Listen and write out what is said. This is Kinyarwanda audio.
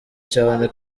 cyane